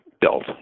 built